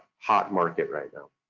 hot market right now.